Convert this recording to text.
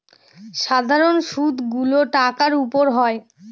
সাধারন সুদ গুলো টাকার উপর হয়